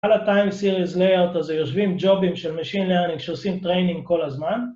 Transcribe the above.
‫על ה-Time Series Layout הזה ‫יושבים ג'ובים של Machine Learning ‫שעושים טריינינג כל הזמן.